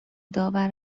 داور